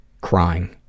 crying